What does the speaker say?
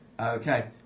Okay